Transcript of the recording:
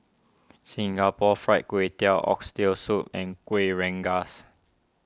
Singapore Fried Kway Tiao Oxtail Soup and Kuih Rengas